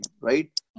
right